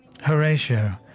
Horatio